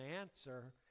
answer